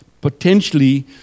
potentially